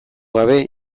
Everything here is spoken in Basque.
gabe